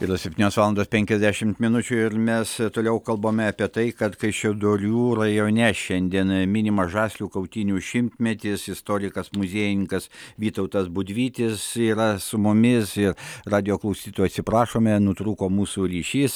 yra septynios valandos penkiasdešimt minučių ir mes toliau kalbame apie tai kad kaišiadorių rajone šiandien minimas žaslių kautynių šimtmetis istorikas muziejininkas vytautas budvytis yra su mumis ir radijo klausytojų atsiprašome nutrūko mūsų ryšys